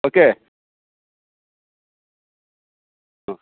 okay ആ